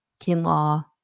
Kinlaw